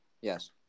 Yes